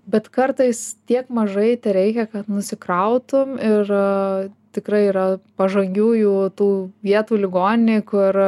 bet kartais tiek mažai tereikia kad nusikrautum ir tikrai yra pažangiųjų tų vietų ligoninėj kur